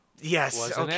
yes